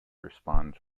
response